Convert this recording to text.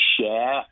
share